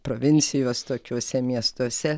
provincijos tokiuose miestuose